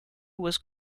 was